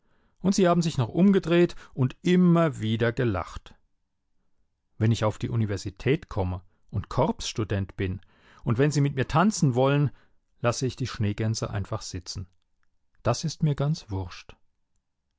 und sie haben sich noch umgedreht und immer wieder gelacht wenn ich auf die universität komme und korpsstudent bin und wenn sie mit mir tanzen wollen lasse ich die schneegänse einfach sitzen das ist mir ganz wurscht